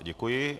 Děkuji.